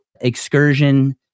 excursion